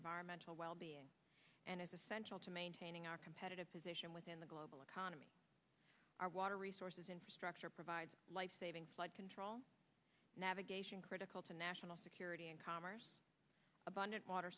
environmental wellbeing and is essential to maintaining our competitive position within the global economy our water resources infrastructure provides lifesaving flood control navigation critical to national security and commerce abundant water